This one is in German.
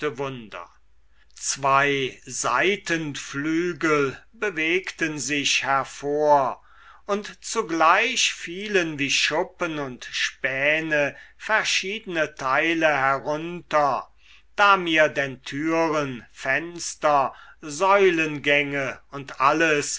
zwei seitenflügel bewegten sich hervor und zugleich fielen wie schuppen und späne verschiedene teile herunter da mir denn türen fenster säulengänge und alles